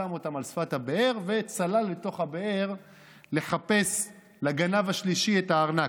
שם אותם על שפת הבאר וצלל לתוך הבאר לחפש לגנב השלישי את הארנק.